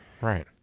Right